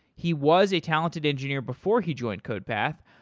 he was a talented engineer before he joined codepath,